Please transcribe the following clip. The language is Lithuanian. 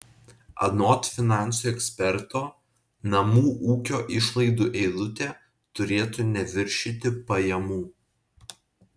anot finansų eksperto namų ūkio išlaidų eilutė turėtų neviršyti pajamų